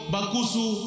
Bakusu